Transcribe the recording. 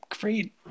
great